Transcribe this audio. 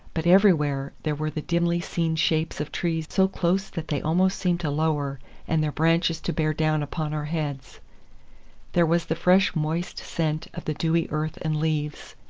but everywhere there were the dimly-seen shapes of trees so close that they almost seemed to lower and their branches to bear down upon our heads there was the fresh moist scent of the dewy earth and leaves,